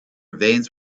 veins